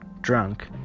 drunk